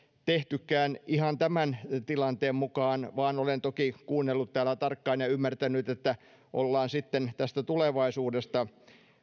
tehtykään ihan tämän tilanteen mukaan vaan olen toki kuunnellut täällä tarkkaan ja ymmärtänyt että ollaan tulevaisuudesta